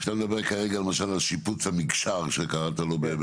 כשאתה מדבר למשל על שיפוץ המקשר באשדוד,